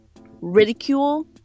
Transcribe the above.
Ridicule